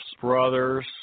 brothers